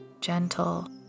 gentle